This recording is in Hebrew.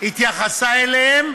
התייחסה אליהם,